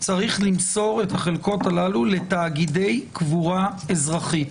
צריך למסור את החלקות הללו לתאגידי קבורה אזרחית.